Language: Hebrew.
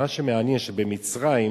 מה שמעניין, שבמצרים,